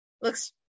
looks